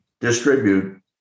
distribute